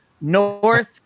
North